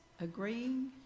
agreeing